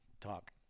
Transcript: talk